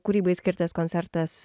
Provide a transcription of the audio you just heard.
kūrybai skirtas koncertas